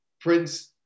Prince